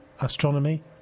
astronomy